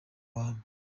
abantu